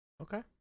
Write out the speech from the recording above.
Okay